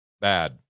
bad